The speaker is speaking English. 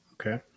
Okay